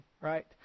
right